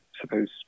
suppose